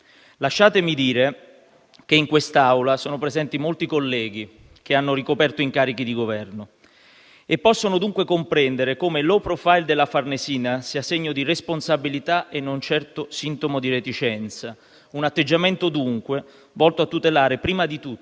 Lasciatemi dire che in quest'Aula sono presenti molti colleghi che hanno ricoperto incarichi di Governo e possono dunque comprendere come il *low profile* della Farnesina sia segno di responsabilità e non certo sintomo di reticenza. Un atteggiamento dunque volto a tutelare prima di tutto